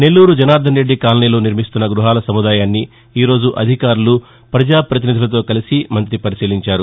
నెల్లూరు జనార్దన్ రెడ్డి కాలనీలో నిర్మిస్తున్న గృహాల సముదాయాన్ని ఈరోజు అధికారులు ప్రజా పతినిధులతో కలిసి పరిశీలించారు